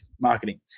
marketing